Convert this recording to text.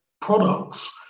products